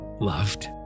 loved